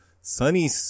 Sunny